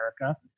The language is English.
America